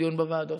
בדיון בוועדות,